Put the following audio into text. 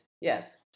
Yes